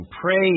praise